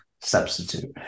substitute